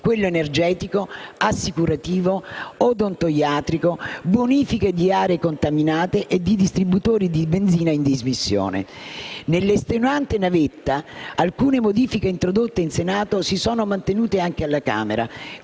quello energetico, assicurativo, odontoiatrico, bonifiche di aree contaminate e di distributori di benzina in dismissione. Nella estenuante navetta, alcune modifiche introdotte in Senato si sono mantenute anche alla Camera,